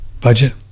budget